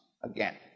again